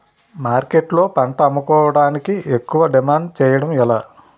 మార్కెట్లో పంట అమ్ముకోడానికి ఎక్కువ డిమాండ్ చేయడం ఎలా?